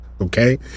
Okay